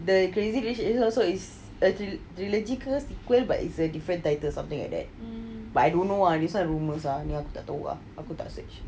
the crazy rich asian also is actually trilogy ke sequel but it's a different title something like that but I don't know ah this [one] rumours ah aku tak tahu ah aku tak search